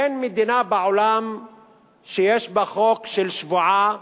אין מדינה בעולם שיש בה חוק של שבועה